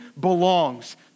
belongs